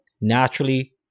naturally